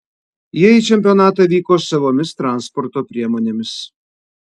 jie į čempionatą vyko savomis transporto priemonėmis